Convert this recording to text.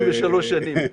33 שנים.